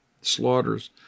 Slaughters